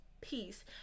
peace